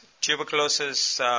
tuberculosis